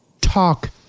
Talk